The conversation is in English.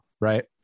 right